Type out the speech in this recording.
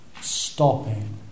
stopping